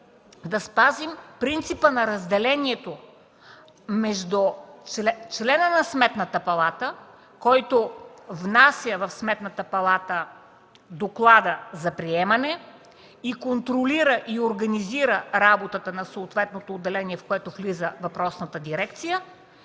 да спазим принципа на разделението между члена на Сметната палата, който внася в Сметната палата доклада за приемане и контролира, и организира работата на съответното отделение, в което влиза въпросната дирекция,